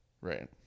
Right